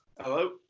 Hello